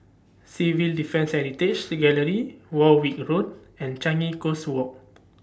Civil Defence Heritage Gallery Warwick Road and Changi Coast Walk